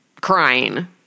crying